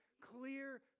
clear